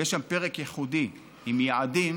ויש שם פרק ייחודי עם יעדים,